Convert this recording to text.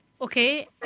Okay